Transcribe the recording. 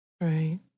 Right